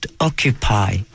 occupy